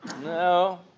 No